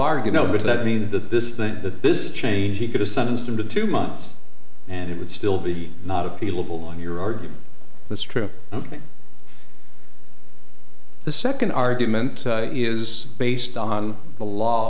argue no but that means that this thing that this change he could have sentenced him to two months and it would still be not appealable on your argument that's true the second argument is based on the law